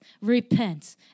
repent